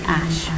ash